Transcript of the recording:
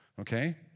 Okay